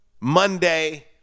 Monday